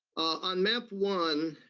on map one,